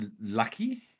lucky